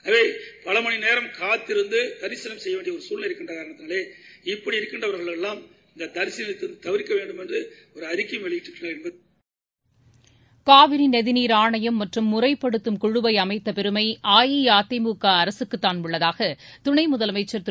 ஆகவே பலமணி நோம் காத்திருந்து தரிசனம் செய்ய வேண்டிய சூழ்நிலை இருக்கின்ற காரணத்தாலே இப்படி இருக்கின்றவர்கள் எல்லாம் இந்த தரிசனத்தை தவிர்க்க வேண்டும் என்றுட ஒரு அறிக்கை வெளியிட்டிருக்கிறார் காவிரி நதிநீர் ஆணையம் மற்றும் முறைப்படுத்தும் குழுவை அமைத்த பெருமை அஇஅதிமுக அரசுக்குத்தான் உள்ளதாக் துணை முதலமைச்சர் திரு